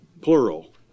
plural